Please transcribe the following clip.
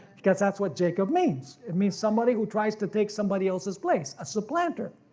because that's what jacob means it means somebody who tries to take somebody else's place. a supplanter.